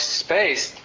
space